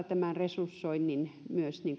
tämän resursoinnin myös